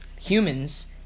humans